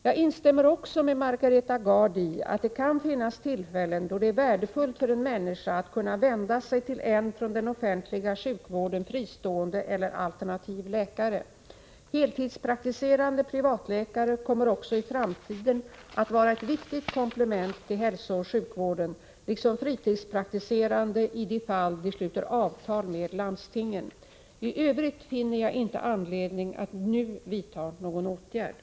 Jag instämmer också med Margareta Gard i att det kan finnas tillfällen då det är värdefullt för en människa att kunna vända sig till en från den offentliga sjukvården fristående eller alternativ läkare. Heltidspraktiserande privatläkare kommer också i framtiden att vara ett viktigt komplement till hälsooch sjukvården liksom fritidspraktiserande i de fall de sluter avtal med landstingen. I övrigt finner jag inte anledning att nu vidta någon åtgärd.